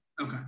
Okay